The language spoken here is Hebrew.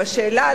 והשאלה,